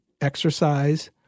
exercise